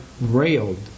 railed